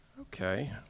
Okay